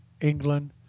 England